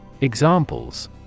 Examples